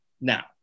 Now